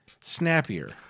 snappier